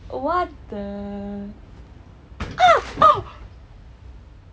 what the